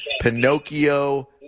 Pinocchio